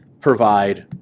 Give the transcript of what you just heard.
provide